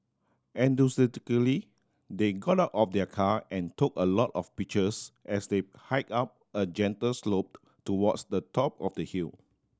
they got out of their car and took a lot of pictures as they hike up a gentle slope towards the top of the hill